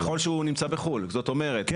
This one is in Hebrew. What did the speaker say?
ככל שהוא נמצא בחוץ לארץ כן.